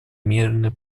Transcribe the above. мирный